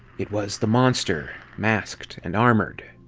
it was the monster, masked and armored.